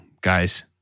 guys